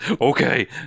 okay